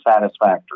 satisfactory